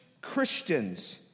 Christians